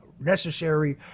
necessary